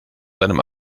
seinem